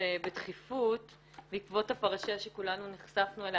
בדחיפות בעקבות הפרשה שכולנו נחשפנו אליה,